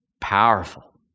Powerful